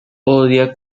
odia